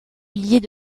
milliers